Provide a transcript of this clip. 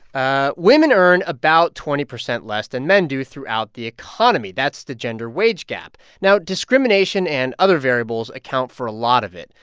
ah women earn about twenty percent less than men do throughout the economy. that's the gender wage gap. now, discrimination and other variables account for a lot of it.